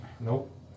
Nope